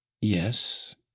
yes